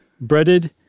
breaded